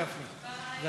גברתי שרת